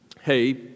hey